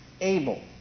Able